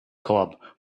club